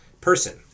person